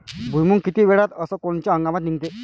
भुईमुंग किती वेळात अस कोनच्या हंगामात निगते?